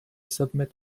submit